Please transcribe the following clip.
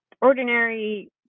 ordinary